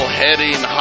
heading